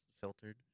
filtered